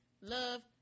love